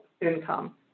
income